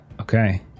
Okay